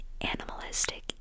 animalistic